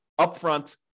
upfront